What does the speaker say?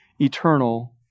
eternal